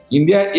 India